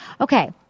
Okay